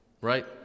Right